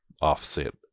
offset